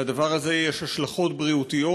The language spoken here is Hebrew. לדבר הזה יש השלכות בריאותיות.